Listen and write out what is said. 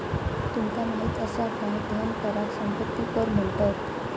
तुमका माहित असा काय धन कराक संपत्ती कर पण म्हणतत?